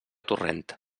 torrent